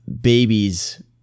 babies